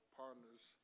partners